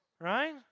right